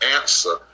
answer